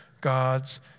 God's